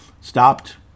stopped